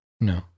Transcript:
No